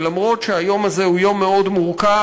שלמרות העובדה שהיום הזה הוא יום מאוד מורכב,